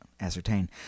ascertain